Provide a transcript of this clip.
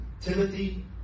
Timothy